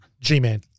G-Man